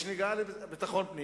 יש נגיעה לביטחון פנים,